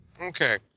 Okay